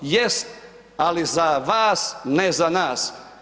Jest, ali za vas, ne za nas.